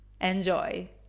Enjoy